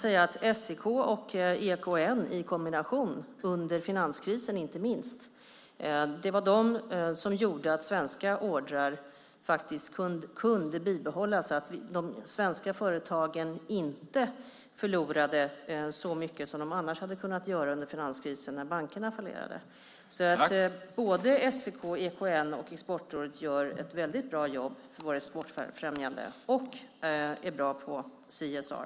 Inte minst under finanskrisen gjorde SEK och EKN i kombination att svenska order kunde bibehållas så att de svenska företagen inte förlorade så mycket som de annars hade kunnat göra under finanskrisen när bankerna fallerade. SEK, EKN och Exportrådet gör ett mycket bra exportfrämjande arbete och är bra på CSR.